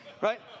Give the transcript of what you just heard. right